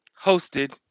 Hosted